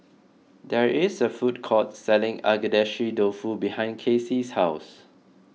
there is a food court selling Agedashi Dofu behind Kacy's house